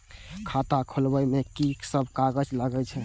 खाता खोलब में की सब कागज लगे छै?